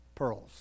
Pearls